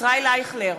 ישראל אייכלר,